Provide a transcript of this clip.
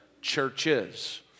churches